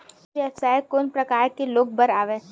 ई व्यवसाय कोन प्रकार के लोग बर आवे?